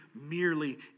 merely